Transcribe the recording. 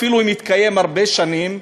אפילו אם הוא התקיים הרבה שנים,